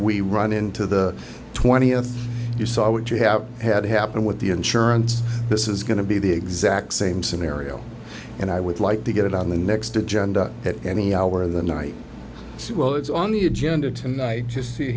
we run into the twentieth you saw what you have had happened with the insurance this is going to be the exact same scenario and i would like to get it on the next agenda at any hour of the night as well it's on the agenda tonight to see